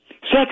Sex